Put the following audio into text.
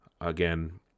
again